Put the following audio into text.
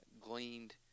gleaned